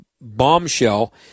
bombshell